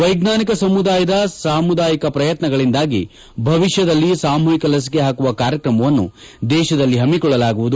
ವೈಚ್ಚಾನಿಕ ಸಮುದಾಯದ ಸಾಮುದಾಯಿಕ ಪ್ರಯತ್ನಗಳಿಂದಾಗಿ ಭವಿಷ್ನದಲ್ಲಿ ಸಾಮೂಹಿಕ ಲಸಿಕೆ ಹಾಕುವ ಕಾರ್ಯಕ್ರಮವನ್ನು ದೇಶದಲ್ಲಿ ಹಮ್ನಿಕೊಳ್ಳಲಾಗುವುದು